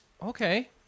Okay